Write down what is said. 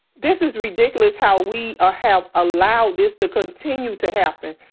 this is ridiculous how we ah have allowed this to continue to happen.